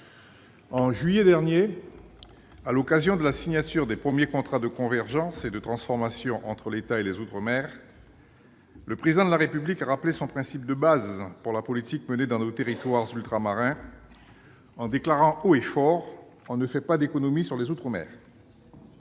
de juillet dernier, à l'occasion de la signature des premiers contrats de convergence et de transformation entre l'État et les outre-mer, le Président de la République a rappelé le principe de base guidant sa politique pour nos territoires ultramarins en déclarant haut et fort que l'« on ne fait pas d'économies sur les outre-mer ».